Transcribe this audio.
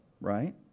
right